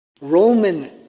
roman